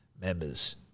Members